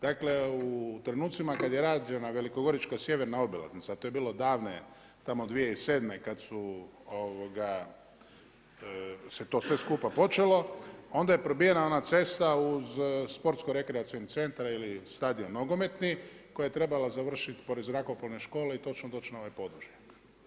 Dakle u trenutcima kada je rađena velikogorička sjeverna obilaznica a to je bilo davne tamo 2007. kada se to sve skupa počelo onda je probijena ona cesta uz sportsko rekreativni centar ili stadion nogometni koja je trebala završiti pored zrakoplovne škole i točno doći na ovaj podvožnjak.